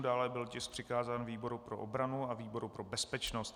Dále byl tisk přikázán výboru pro obranu a výboru pro bezpečnost.